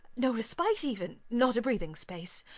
no respite even not a breathing space?